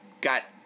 got